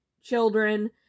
children